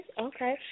okay